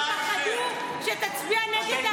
פוחדים שתצביע נגד חוק המעונות.